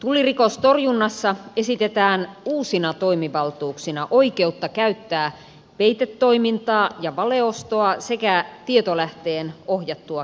tullirikostorjunnassa esitetään uusina toimivaltuuksina oikeutta käyttää peitetoimintaa ja valeostoa sekä tietolähteen ohjattua käyttöä